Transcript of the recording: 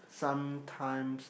sometimes